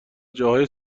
جاهای